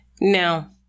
Now